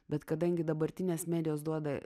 bet kadangi dabartinės medijos duoda